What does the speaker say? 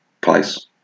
place